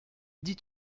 dit